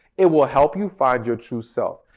it will help you find your true self.